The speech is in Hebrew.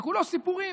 שכולו סיפורים?